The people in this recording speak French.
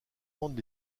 rendent